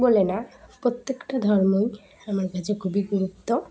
বলে না প্রত্যেকটা ধর্মই আমার কাছে খুবই গুরুত্ব